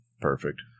Perfect